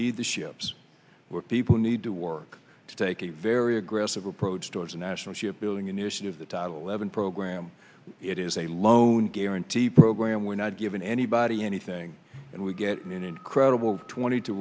need the ships were people need to work to take a very aggressive approach towards a national shipbuilding initiative the title eleven program it is a loan guarantee program we're not giving anybody anything and we get an incredible twenty two